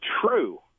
true